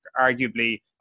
Arguably